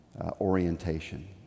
orientation